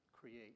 create